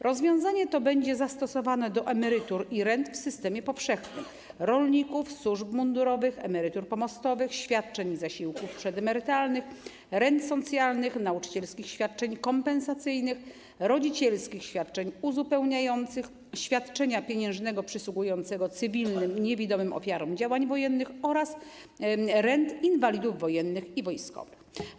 Rozwiązanie to będzie zastosowane do emerytur i rent w systemie powszechnym - rolników, służb mundurowych, emerytur pomostowych, świadczeń zasiłków przedemerytalnych, rent socjalnych, nauczycielskich świadczeń kompensacyjnych, rodzicielskich świadczeń uzupełniających, świadczenia pieniężnego przysługującego cywilnym i niewidomym ofiarom działań wojennych oraz rent inwalidów wojennych i wojskowych.